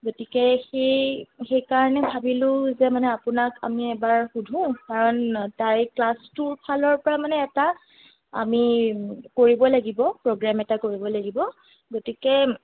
গতিকে সেই সেই কাৰণে ভাবিলো যে মানে আপোনাক আমি এবাৰ সোধো কাৰণ তাই ক্লাছ টুৰ ফালৰ পৰা মানে এটা আমি কৰিব লাগিব প্ৰ'গ্ৰেম এটা কৰিব লাগিব গতিকে